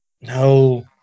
No